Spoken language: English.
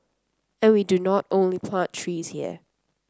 and we do not only plant trees here